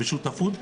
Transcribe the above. בשותפות מלאה.